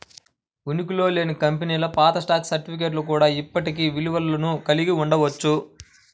ఉనికిలో లేని కంపెనీల పాత స్టాక్ సర్టిఫికేట్లు కూడా ఇప్పటికీ విలువను కలిగి ఉండవచ్చు